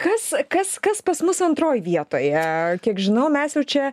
kas kas kas pas mus antroj vietoje kiek žinau mes jau čia